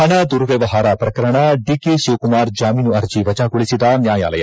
ಹಣ ದುರ್ವವ್ಯವಹಾರ ಪ್ರಕರಣ ಡಿಕೆ ಶಿವಕುಮಾರ್ ಜಾಮೀನು ಅರ್ಜೆ ವಜಾಗೊಳಿಸಿದ ನ್ನಾಯಾಲಯ